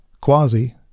Quasi